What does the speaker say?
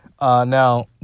Now